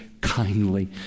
kindly